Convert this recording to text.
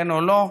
כן או לא.